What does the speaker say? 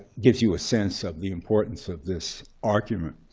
gives you a sense of the importance of this argument.